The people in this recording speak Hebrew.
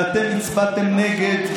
ואתם הצבעתם נגד.